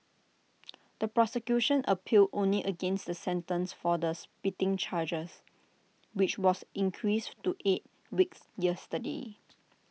the prosecution appealed only against the sentence for the spitting chargers which was increased to eight weeks yesterday